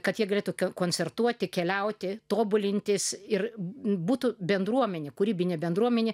kad jie galėtų ke koncertuoti keliauti tobulintis ir būtų bendruomenių kūrybinė bendruomenė